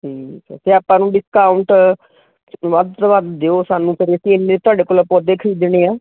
ਠੀਕ ਹੈ ਅਤੇ ਆਪਾਂ ਨੂੰ ਡਿਸਕਾਊਂਟ ਵੱਧ ਤੋਂ ਵੱਧ ਦਿਓ ਸਾਨੂੰ ਫਿਰ ਅਸੀਂ ਇੰਨੇ ਤੁਹਾਡੇ ਕੋਲੋਂ ਪੌਦੇ ਖਰੀਦਣੇ ਆ